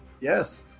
yes